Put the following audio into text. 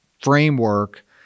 framework